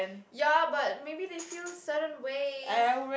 ya but maybe they feel certain way